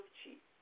cheap